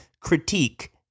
critique